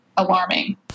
alarming